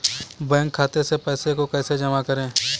Bank खाते से पैसे को कैसे जमा करें?